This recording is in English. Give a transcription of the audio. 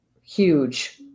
huge